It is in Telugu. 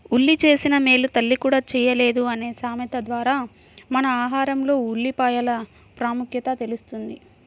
ఉల్లి చేసిన మేలు తల్లి కూడా చేయలేదు అనే సామెత ద్వారా మన ఆహారంలో ఉల్లిపాయల ప్రాముఖ్యత తెలుస్తుంది